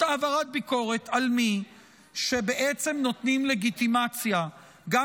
העברת ביקורת על מי שבעצם נותנים לגיטימציה גם